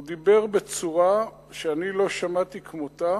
הוא דיבר בצורה שאני לא שמעתי כמותה